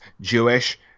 jewish